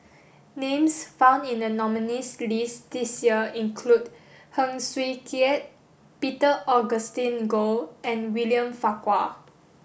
names found in the nominees' list this year include Heng Swee Keat Peter Augustine Goh and William Farquhar